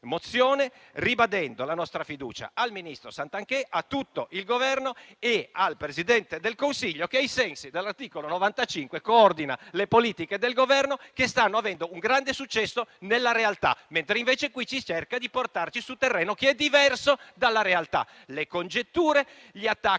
mozione, ribadendo la nostra fiducia al ministro Garnero Santanchè, a tutto il Governo e al Presidente del Consiglio, che ai sensi dell'articolo 95 coordina le politiche del Governo, che stanno avendo un grande successo nella realtà, mentre qui si cerca di portarci su un terreno diverso dalla realtà, quello delle congetture, degli attacchi